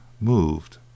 moved